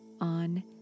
on